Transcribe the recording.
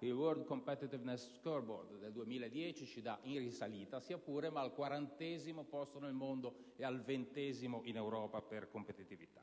Il *World Competitiveness Scoreboard* del 2010 ci dà in risalita, ma al quarantesimo posto nel mondo e al ventesimo posto in Europa per competitività.